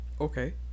Okay